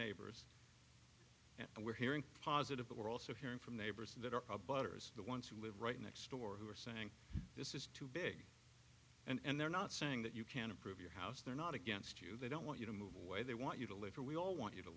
neighbors and we're hearing positive but we're also hearing from neighbors that are a butters the ones who live right next door who are saying this is too big and they're not saying that you can improve your house they're not against you they don't want you to move away they want you to live for we all want you to